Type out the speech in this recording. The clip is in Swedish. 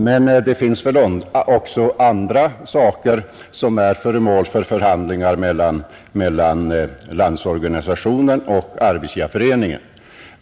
Men det finns väl andra saker som är föremål för förhandlingar mellan Landsorganisationen och Arbetsgivareföreningen.